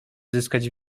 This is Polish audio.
zyskać